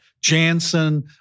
Janssen